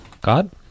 god